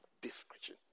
discretion